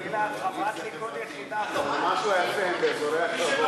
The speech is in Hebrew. סעיפים 1 47 נתקבלו.